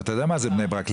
אתה יודע מה זה בני ברק.